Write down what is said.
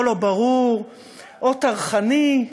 או לא ברור או טרחני,